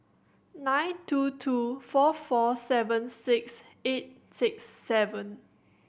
nine two two four four seven six eight six seven